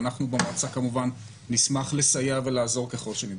ואנחנו במועצה כמובן נשמח לסייע ולעזור ככל שנדרש.